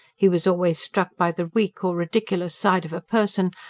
he was always struck by the weak or ridiculous side of a person,